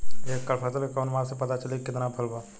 एक एकड़ फसल के कवन माप से पता चली की कितना फल बा?